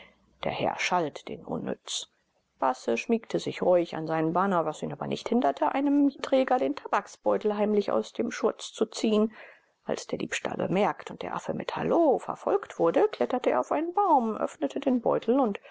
der herr schalt den unnütz basse schmiegte sich reuig an seinen bana was ihn aber nicht hinderte einem träger den tabaksbeutel heimlich aus dem schurz zu ziehen als der diebstahl bemerkt und der affe mit hallo verfolgt wurde kletterte er auf einen baum öffnete den beutel und